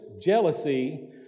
jealousy